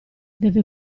deve